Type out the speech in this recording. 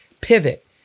pivot